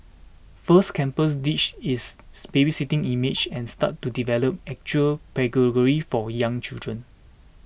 First Campus ditched its babysitting image and started to develop actual pedagogy for young children